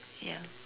ya